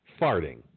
farting